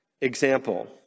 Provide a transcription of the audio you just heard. example